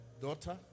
daughter